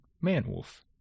man-wolf